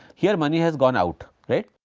here money has gone out right.